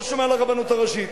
לא שומע לרבנות הראשית.